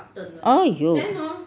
!aiyo!